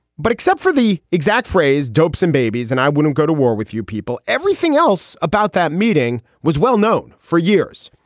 but except for the exact phrase dopes and babies and i wouldn't go to war with you people. everything else about that meeting was well known for years.